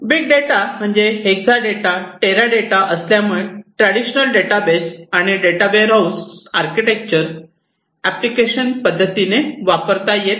big data म्हणजे hexa data tera data असल्यामुळे traditional database आणि डेटा वेअरहाऊस आर्किटेक्चर एप्लीकेशन पद्धतीने वापरता येत नाही